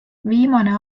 viimane